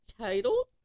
title